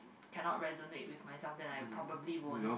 cannot resonate with my sound then I probably wouldn't